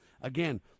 Again